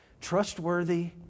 trustworthy